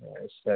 ஆ சரி